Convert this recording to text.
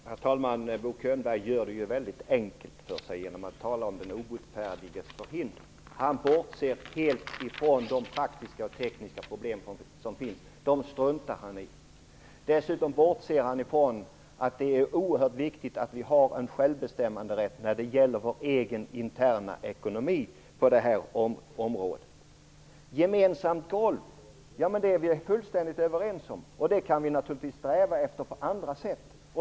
Herr talman! Bo Könberg gör det väldigt enkelt för sig genom att tala om den obotfärdiges förhinder. Han bortser helt ifrån de praktiska och tekniska problem som finns. Dem struntar han i. Dessutom bortser han från att det är oerhört viktigt att vi på det här området har en självbestämmanderätt när det gäller vår egen interna ekonomi. Angående ett gemensamt golv är vi fullständigt överens. Det kan vi naturligtvis sträva efter på andra sätt.